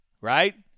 right